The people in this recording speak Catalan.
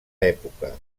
època